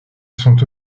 sont